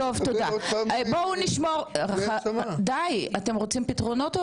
אתם רוצים פתרונות,